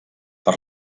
per